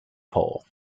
pole